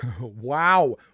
Wow